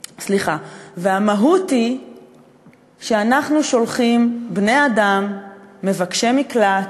והמהות היא שאנחנו שולחים בני-אדם, מבקשי מקלט,